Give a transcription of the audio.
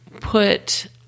put